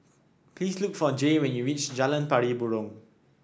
please look for Jay when you reach Jalan Pari Burong